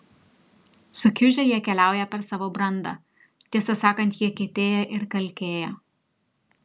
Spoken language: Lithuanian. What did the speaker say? sukiužę jie keliauja per savo brandą tiesą sakant jie kietėja ir kalkėja